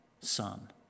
son